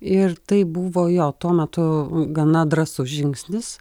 ir tai buvo jo tuo metu gana drąsus žingsnis